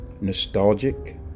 nostalgic